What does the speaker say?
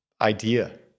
idea